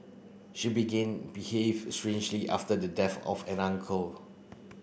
she began behave strangely after the death of an uncle